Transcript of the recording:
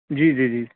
جی جی جی